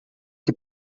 que